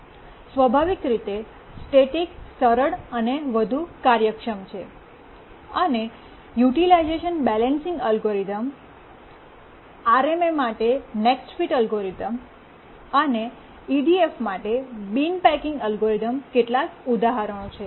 સ્વાભાવિક રીતે સ્ટેટિક સરળ અને વધુ કાર્યક્ષમ છે અને યુટિલાઇઝેશન બૈલન્સિંગ અલ્ગોરિધમ RMA માટે નેક્સ્ટ ફિટ અલ્ગોરિધમ અને EDF માટે બિન પેકિંગ અલ્ગોરિધમ કેટલાક ઉદાહરણો છે